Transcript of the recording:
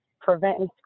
preventing